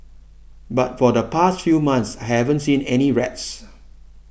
but for the past few months haven't seen any rats